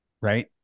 right